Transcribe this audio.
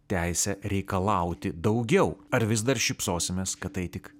teisę reikalauti daugiau ar vis dar šypsosimės kad tai tik